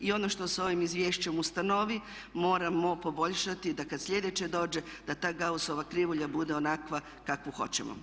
I ono što se s ovim izvješćem ustanovi moramo poboljšati da kada sljedeće dođe da ta Gaussova krivulja bude onakva kakvu hoćemo.